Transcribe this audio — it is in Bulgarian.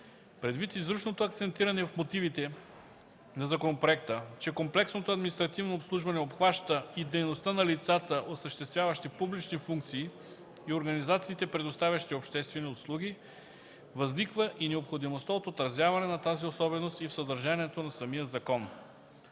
Предвид изричното акцентиране в мотивите на законопроекта, че комплексното административно обслужване обхваща и дейността на лицата, осъществяващи публични функции, и организациите, предоставящи обществени услуги, възниква и необходимостта от отразяване на тази особеност и в съдържанието на самия закон.